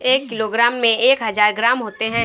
एक किलोग्राम में एक हज़ार ग्राम होते हैं